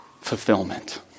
fulfillment